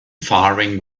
faring